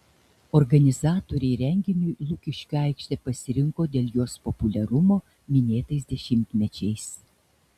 organizatoriai renginiui lukiškių aikštę pasirinko dėl jos populiarumo minėtais dešimtmečiais